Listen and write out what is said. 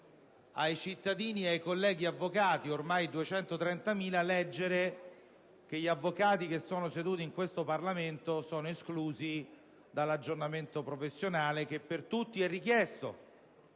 ai cittadini e ai colleghi avvocati - ormai 230.000 - leggere che gli avvocati che sono seduti in questo Parlamento sono esclusi dall'aggiornamento professionale che per tutti è richiesto